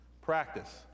Practice